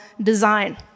design